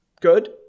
good